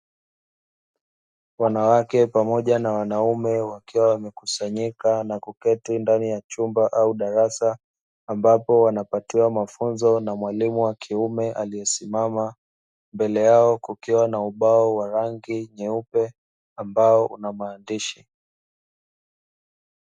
Wanawake pamoja na wanaume wakiwa wamekusanyika na kuketi ndani ya chumba au darasa, ambapo wanapatiwa mafunzo na mwalimu wa kiume aliesimama na mbele yao kukiwa na ubao wa rangi nyeupe ambao una maandishi.